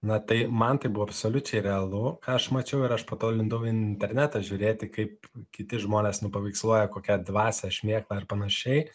na tai man tai buvo absoliučiai realu ką aš mačiau ir aš po to lindo į internetą žiūrėti kaip kiti žmonės nupaveiksluoja kokią dvasią šmėklą ar panašiai